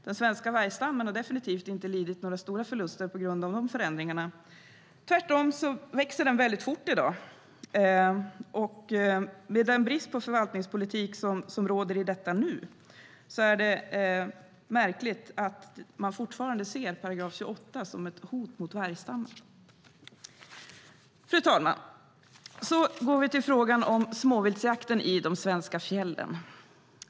Den svenska vargstammen har definitivt inte lidit några stora förluster på grund av dessa förändringar. Tvärtom växer den fort i dag. Med den brist på förvaltningspolitik som råder i detta nu är det märkligt att man fortfarande ser § 28 som ett hot mot vargstammen. Fru talman! Vi går nu till frågan om småviltsjakten i de svenska fjällen.